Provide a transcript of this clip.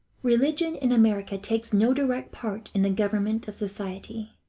religion in america takes no direct part in the government of society,